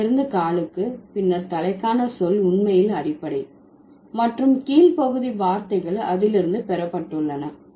தலையிலிருந்து காலுக்கு பின்னர் தலைக்கான சொல் உண்மையில் அடிப்படை மற்றும் கீழ் பகுதி வார்த்தைகள் அதிலிருந்து பெறப்பட்டுள்ளன